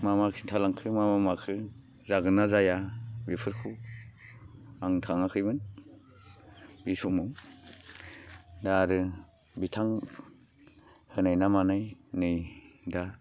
मा मा खिन्था लांखो मा मा माखो जागोन ना जाया बेफोरखौ आं थाङाखैमोन बै समाव दा आरो बिथां होनाय ना मानाय नै दा